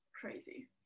crazy